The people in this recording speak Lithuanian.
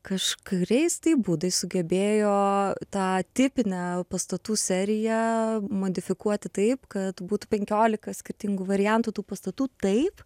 kažkuriais taip būdais sugebėjo tą tipinę pastatų seriją modifikuoti taip kad būtų penkiolika skirtingų variantų tų pastatų taip